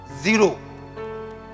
Zero